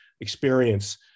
experience